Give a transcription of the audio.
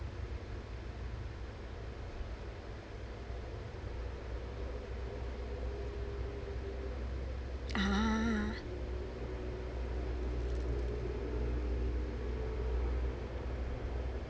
ah